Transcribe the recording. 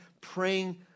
praying